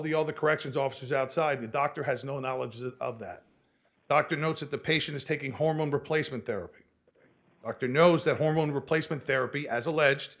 the all the corrections officers outside the doctor has no knowledge that of that doctor notes at the patient is taking hormone replacement therapy arthur knows that hormone replacement therapy as alleged